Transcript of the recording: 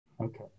okay